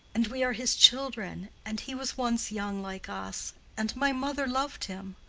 and we are his children and he was once young like us and my mother loved him.